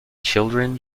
children